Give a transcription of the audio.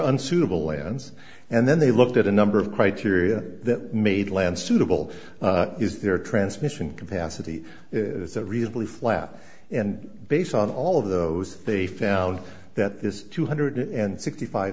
unsuitable lands and then they looked at a number of criteria that made land suitable is there a transmission capacity it's a really flat and based on all of those they found that this two hundred and sixty five